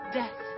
death